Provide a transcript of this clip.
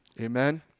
Amen